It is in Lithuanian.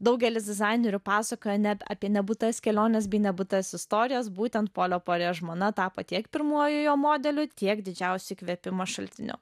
daugelis dizainerių pasakojo ne apie nebūtas keliones bei nebūtas istorijas būtent polio puarė žmona tapo tiek pirmuoju jo modeliu tiek didžiausiu įkvėpimo šaltiniu